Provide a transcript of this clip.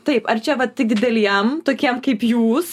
taip ar čia vat tik dideliem tokiem kaip jūs